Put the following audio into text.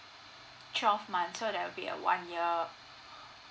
twelve month so that will be a one year